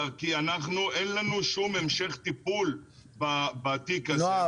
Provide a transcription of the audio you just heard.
כי לנו אין שום המשך טיפול בתיק הזה.